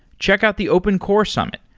check out the open core summit,